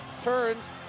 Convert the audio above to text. Turns